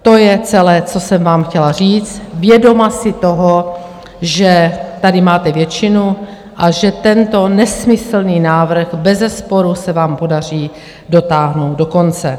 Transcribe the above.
To je celé, co jsem vám chtěla říct, vědoma si toho, že tady máte většinu a že tento nesmyslný návrh bezesporu se vám podaří dotáhnout do konce.